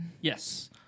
Yes